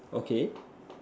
okay